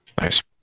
Nice